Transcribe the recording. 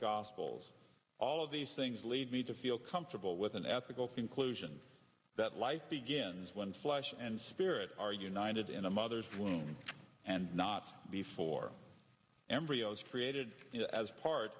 gospels all of these things lead me to feel comfortable with an ethical conclusion that life begins when flesh and spirit are united in a mother's womb and not before embryos created as part